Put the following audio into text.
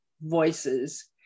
voices